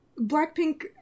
Blackpink